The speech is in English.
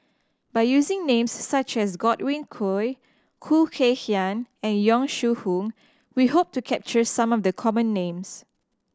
by using names such as Godwin Koay Khoo Kay Hian and Yong Shu Hoong we hope to capture some of the common names